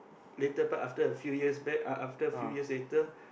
later part after a few years back uh after a few years later